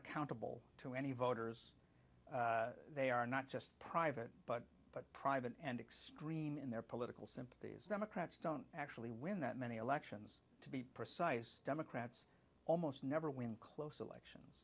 accountable to any voters they are not just private but but private and extreme in their political sympathies democrats don't actually win that many elections to be precise democrats almost never win close election